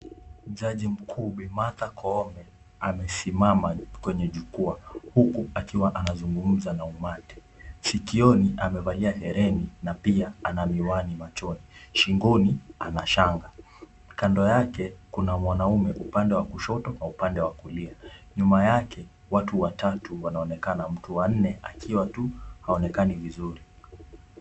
Jaji mkuu Martha Koome amesimama kwenye jukwaa huku akiwa anazungumza na umati. Sikioni amevalia hereni na pia ana miwani machoni. Shingoni ana shanga. Kando yake kuna mwanaume upande wa kushoto na upande wa kulia. Nyuma yake watu watatu wanaonekana. Mtu wa nne akiwa tu haonekani vizuri.